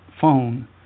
phone